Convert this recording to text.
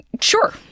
sure